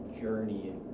journey